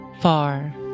far